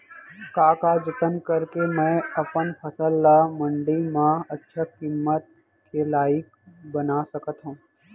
का का जतन करके मैं अपन फसल ला मण्डी मा अच्छा किम्मत के लाइक बना सकत हव?